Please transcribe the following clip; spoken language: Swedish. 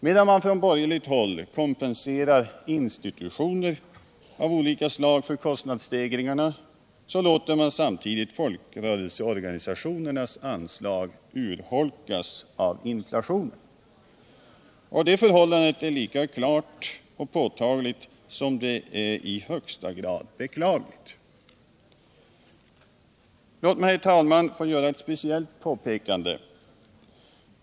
Medan man från borgerligt håll kompenserar institutioner av olika slag för kostnadsstegringarna, låter man samtidigt folkrörelseorganisationernas anslag urholkas av inflationen. Detta förhållande är lika klart och påtagligt som det är i högsta grad beklagligt. Låt mig, herr talman, få göra ett speciellt påpekande.